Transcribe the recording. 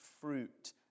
fruit